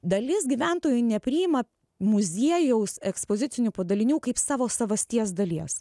dalis gyventojų nepriima muziejaus ekspozicinių padalinių kaip savo savasties dalies